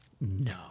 No